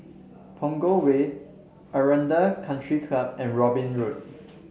Punggol Way Aranda Country Club and Robin Road